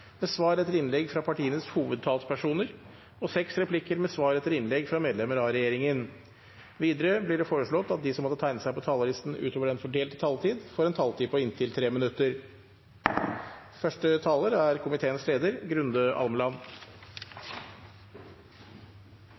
med svar etter innlegg fra partienes hovedtalspersoner og seks replikker med svar etter innlegg fra medlemmer av regjeringen. Videre vil de som måtte tegne seg på talerlisten utover den fordelte taletid, få en taletid på inntil 3 minutter.